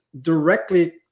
directly